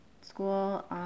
school